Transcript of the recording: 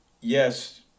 yes